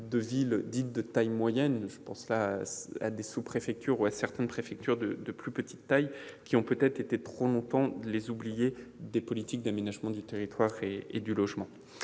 de villes dites de « taille moyenne »- je pense à des sous-préfectures ou à des préfectures de petite taille -, lesquelles ont peut-être été trop longtemps les oubliées des politiques d'aménagement du territoire et du logement.